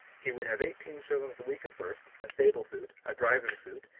he would have eighteen shillings a week at first, a stable suit, a driving suit,